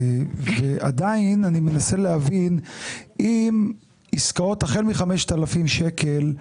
עדיין אני מנסה להבין אם עסקאות החל מ-5,000 שקלים,